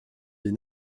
des